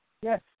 Yes